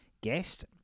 guest